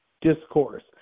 discourse